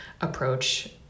approach